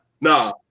Nah